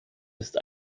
ist